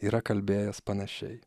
yra kalbėjęs panašiai